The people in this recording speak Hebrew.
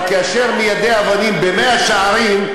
אבל כאשר מיידי האבנים הם במאה-שערים,